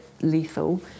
lethal